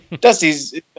Dusty's